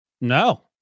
No